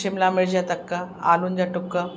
शिमला मिर्च जा तक आलुन जा टुक